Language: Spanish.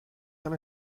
son